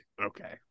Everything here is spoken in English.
Okay